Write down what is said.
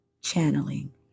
Channeling